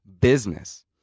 business